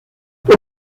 por